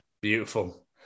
Beautiful